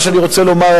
מה שאני רוצה לומר,